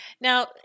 Now